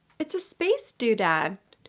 it's a space doodad.